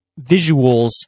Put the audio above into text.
visuals